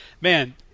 Man –